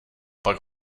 pak